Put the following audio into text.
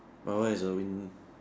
my one is a wind